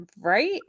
Right